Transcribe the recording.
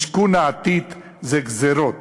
משכון העתיד זה גזירות.